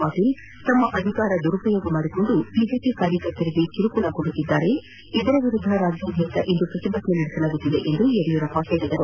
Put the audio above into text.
ಪಾಟೀಲ್ ತಮ್ಮ ಅಧಿಕಾರ ದುರುಪಯೋಗ ಮಾಡಿಕೊಂಡು ಬಿಜೆಪಿ ಕಾರ್ಯಕರ್ತರಿಗೆ ಕಿರುಕುಳ ಕೊಡುತ್ತಿದ್ದಾರೆ ಇದರ ವಿರುದ್ದ ರಾಜ್ಯಾದ್ಯಂತ ಇಂದು ಪ್ರತಿಭಟನೆ ನಡೆಸುತ್ತಿದೆ ಎಂದು ಯಡಿಯೂರಪ್ಪ ಹೇಳಿದರು